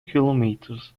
kilometres